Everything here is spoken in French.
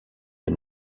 les